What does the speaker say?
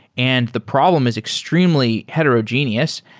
and the problem is extremely heterogeneous.